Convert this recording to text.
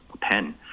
pen